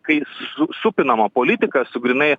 kai su supinama politika su grynai